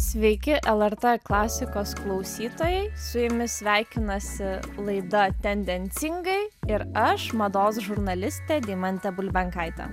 sveiki lrt klasikos klausytojai su jumis sveikinasi laida tendencingai ir aš mados žurnalistė deimantė bulbenkaitė